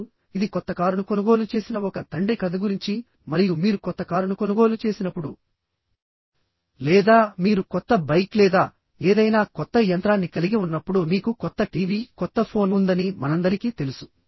ఇప్పుడు ఇది కొత్త కారును కొనుగోలు చేసిన ఒక తండ్రి కథ గురించి మరియు మీరు కొత్త కారును కొనుగోలు చేసినప్పుడు లేదా మీరు కొత్త బైక్ లేదా ఏదైనా కొత్త యంత్రాన్ని కలిగి ఉన్నప్పుడు మీకు కొత్త టీవీ కొత్త ఫోన్ ఉందని మనందరికీ తెలుసు